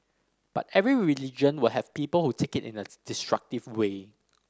but every religion will have people who take it in a destructive way